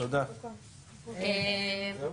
הצבעה בעד, 0 נגד,